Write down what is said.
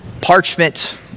parchment